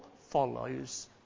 follows